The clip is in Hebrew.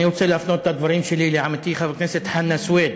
אני רוצה להפנות את הדברים שלי לעמיתי חבר הכנסת חנא סוייד.